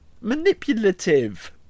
Manipulative